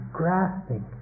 grasping